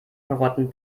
karotten